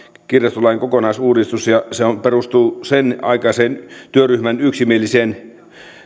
kirjastolain kokonaisuudistus se perustuu sen aikaisen työryhmän yksimieliseen